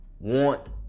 Want